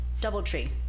Doubletree